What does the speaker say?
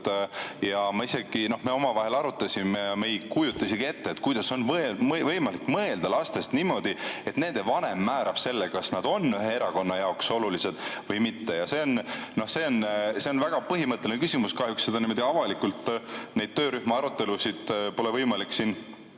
ei sobinud. Me omavahel arutasime ja me ei kujuta isegi ette, kuidas on võimalik mõelda lastest niimoodi, et nende vanem määrab selle, kas nad on ühe erakonna jaoks olulised või mitte. See on väga põhimõtteline küsimus. Kahjuks avalikult neid töörühma arutelusid pole võimalik siin